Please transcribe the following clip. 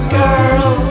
girl